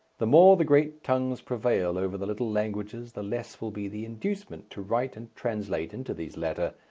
the more the great tongues prevail over the little languages the less will be the inducement to write and translate into these latter,